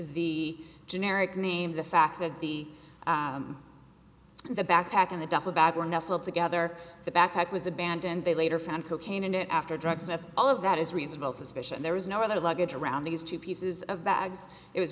the generic name the fact that the the backpack and the duffel bag were nestled together the backpack was abandoned they later found cocaine in it after drugs and all of that is reasonable suspicion there is no other luggage around these two pieces of bags it was